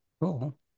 cool